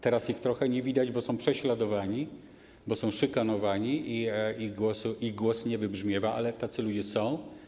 Teraz ich trochę nie widać, bo są prześladowani, bo są szykanowani i ich głos nie wybrzmiewa, ale tacy ludzie są.